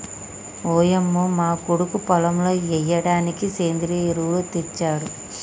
ఓయంమో మా కొడుకు పొలంలో ఎయ్యిడానికి సెంద్రియ ఎరువులు తెచ్చాడు